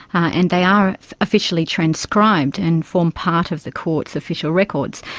and they are officially transcribed and form part of the court's official records.